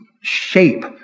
shape